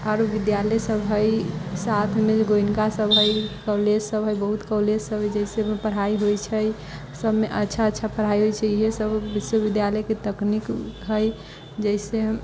आरो विद्यालयसभ हइ साथमे गोयनकासभ हइ कॉलेजसभ हइ बहुत कॉलेजसभ हइ जैसेमे पढ़ाइ होइत छै सभमे अच्छा अच्छा पढ़ाइ होइत छै इएहसभ विश्वविद्यालयके तकनीक हइ जैसे